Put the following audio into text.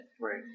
Right